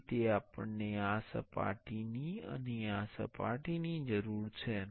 આ રીતે આપણને આ સપાટીની અને આ સપાટીની જરૂર છે